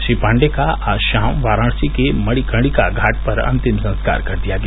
श्री पाण्डेय का आज शाम वाराणसी के मणिकर्णिका घाट पर अंतिम संस्कार कर दिया गया